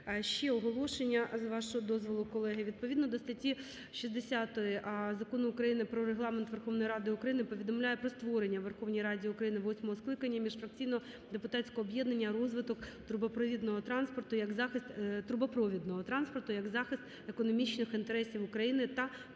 Ще оголошення, з вашого дозволу, колеги. Відповідно до статті 60 Закону України "Про Регламент Верховної Ради України" повідомляю про створення у Верховній Раді України восьмого скликання міжфракційного депутатського об'єднання "Розвиток трубопровідного транспорту як захист економічних інтересів України та контролю